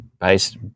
based